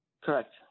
Correct